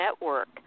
network